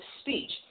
speech